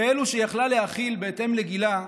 כאלו שהיא יכולה להכיל בהתאם לגילה,